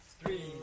three